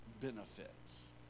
benefits